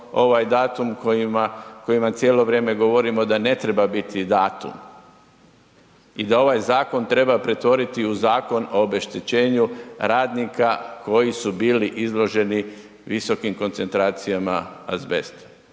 ovaj datum koji vam cijelo vrijeme govorimo da ne treba biti datum i da ovaj zakon treba pretvoriti i u zakon o obeštećenju radnika koji su bili izloženi visokom koncentracijama azbesta